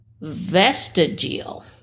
vestigial